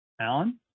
Alan